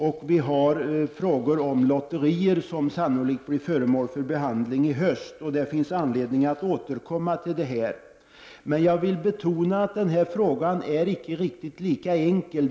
Vi har också frågor om lotterier som sannolikt kommer att bli föremål för behandling i höst. Det finns anledning att återkomma till dessa frågor. Jag vill dock betona att denna fråga inte är riktigt lika enkel.